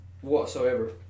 whatsoever